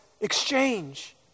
exchange